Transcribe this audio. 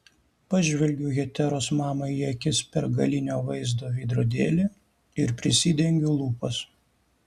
pažvelgiu heteros mamai į akis per galinio vaizdo veidrodėlį ir prisidengiu lūpas